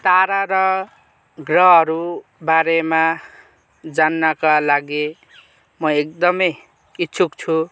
तारा र ग्रहहरू बारेमा जान्नका लागि म एकदमै इच्छुक छु